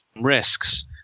risks